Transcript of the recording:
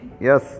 Yes